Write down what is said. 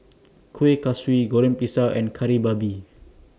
Kuih Kaswi Goreng Pisang and Kari Babi